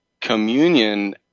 communion